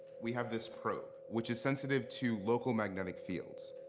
we have this probe which is sensitive to local magnetic fields.